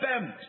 bent